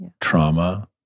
trauma